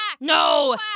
No